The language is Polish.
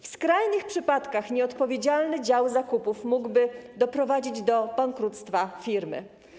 W skrajnych przypadkach nieodpowiedzialny dział zakupów mógłby doprowadzić do bankructwa firmy.